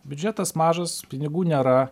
biudžetas mažas pinigų nėra